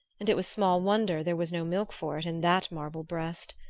and it was small wonder there was no milk for it in that marble breast.